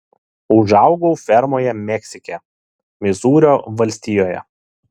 užaugau fermoje meksike misūrio valstijoje